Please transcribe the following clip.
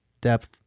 depth